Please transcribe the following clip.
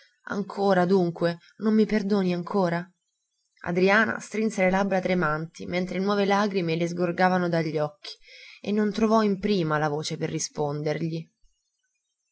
ancora dunque non mi perdoni ancora adriana strinse le labbra tremanti mentre nuove lagrime le sgorgavano dagli occhi e non trovò in prima la voce per rispondergli